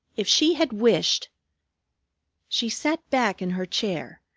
if she had wished she sat back in her chair,